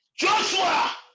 Joshua